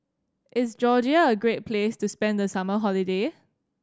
is Georgia a great place to spend the summer holiday